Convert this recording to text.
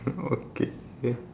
okay